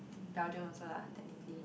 Belgium also lah technically